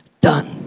done